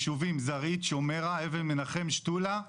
ישובים זרעית שומרה אבן מנחם, שתולה.